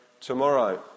Tomorrow